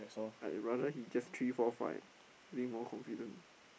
I rather he just three four five I think more confident